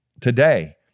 today